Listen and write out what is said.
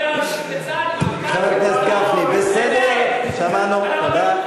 בצה"ל, חבר הכנסת גפני, בסדר, שמענו, תודה.